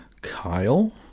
Kyle